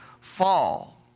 fall